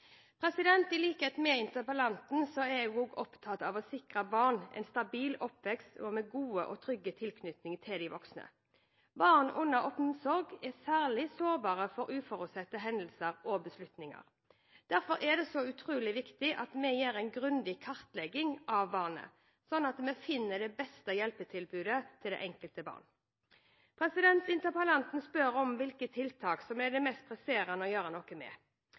I likhet med interpellanten er jeg opptatt av å sikre barn en stabil oppvekst med god og trygg tilknytning til de voksne. Barn under omsorg er særlig sårbare for uforutsette hendelser og beslutninger. Derfor er det så utrolig viktig at vi gjør en grundig kartlegging av barnet, slik at vi finner det beste hjelpetilbudet til det enkelte barn. Interpellanten spør hvilke tiltak som er de mest presserende å gjøre noe med.